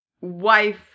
wife